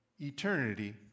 eternity